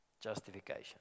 justification